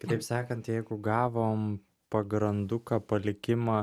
kitap sakant jeigu gavom pagranduką palikimą